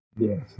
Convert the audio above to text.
Yes